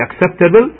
acceptable